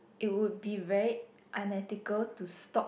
it would be very unethical to stop